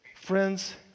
Friends